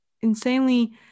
insanely